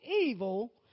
evil